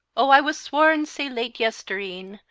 o i was sworn sae late yestreen,